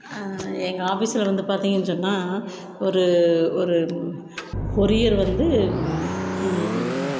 எங்கள் ஆஃபீஸில் வந்து பார்த்தீங்கன்னு சொன்னா ஒரு ஒரு கொரியர் வந்து